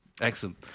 Excellent